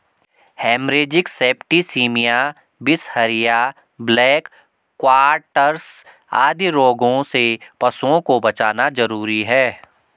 haemorrhagic septicaemia, बिसहरिया, black quarters आदि रोगों से पशुओं को बचाना जरूरी है